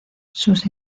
sus